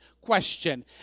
question